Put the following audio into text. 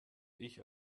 ich